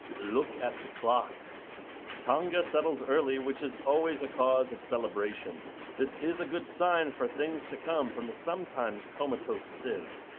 look at the clock tonga settles early which is always a cause of celebration this is a good sign for things to come from the sometimes comatose civ